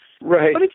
right